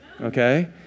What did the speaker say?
Okay